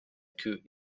queue